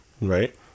right